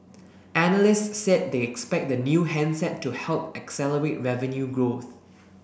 analysts said they expect the new handset to help accelerate revenue growth